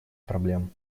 проблем